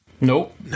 Nope